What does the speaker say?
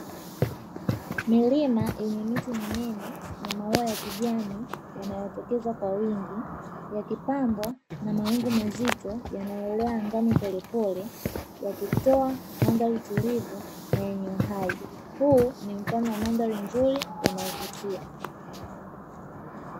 Milima yenye miti minene na maua ya kijani yanayotokeza kwa wingi yakipambwa na mawingu, mazito yanayoelea angani polepole, yakitoa mandhari tulivu na yenye uhai, Huu ni mfano wa mandhari nzuri inayovutia.